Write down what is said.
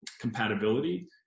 compatibility